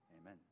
amen